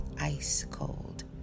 ice-cold